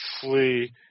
flee